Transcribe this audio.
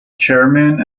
chairman